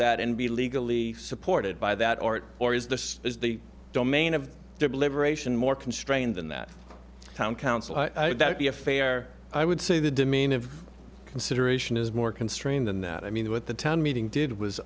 that and be legally supported by that art or is this is the domain of liberation more constrained than that town council that the affair i would say the demean of consideration is more constrained than that i mean what the town meeting did was